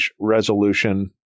resolution